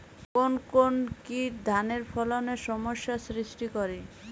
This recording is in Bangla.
কোন কোন কীট ধানের ফলনে সমস্যা সৃষ্টি করে?